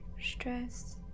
stress